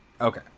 Okay